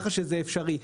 זה אפשרי.